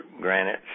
granite